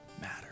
matter